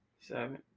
seven